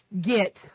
get